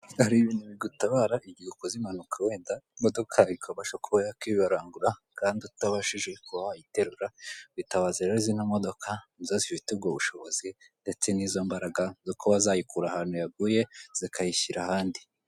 Hari ibintu bigutabara igihe ukoze impanuka wenda imodoka yawe ikabasha kuba yakwibarangura kandi utabashije kuba wayiterura, itabaze rero zino modoka nizo zifite ubwo bushobozi ndetse n'izo mbaraga zo kuba zayikura ahantu yaguye zikayishyira ahandi.